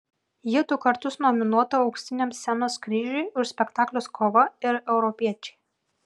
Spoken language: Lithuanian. ji du kartus nominuota auksiniam scenos kryžiui už spektaklius kova ir europiečiai